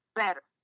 better